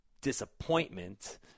disappointment